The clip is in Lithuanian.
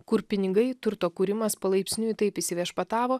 kur pinigai turto kūrimas palaipsniui taip įsiviešpatavo